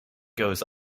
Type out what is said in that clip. goes